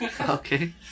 Okay